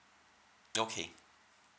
okay